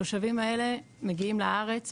התושבים האלה מגיעים לארץ,